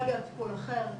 יכול להיות טיפול אחר,